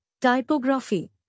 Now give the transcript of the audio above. typography